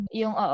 yung